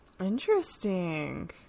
Interesting